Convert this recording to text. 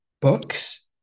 books